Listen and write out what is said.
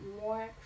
more